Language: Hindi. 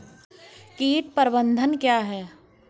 कीट प्रबंधन क्या है?